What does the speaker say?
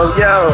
yo